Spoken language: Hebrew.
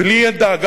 ולי אין דאגה,